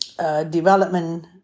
Development